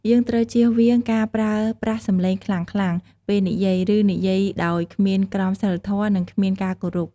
យើងត្រូវជៀសវាងការប្រើប្រាស់សម្លេងខ្លាំងៗពេលនិយាយ ឬនិយាយដោយគ្មានក្រមសីលធម៌ និងគ្មានការគោរព។